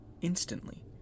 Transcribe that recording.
instantly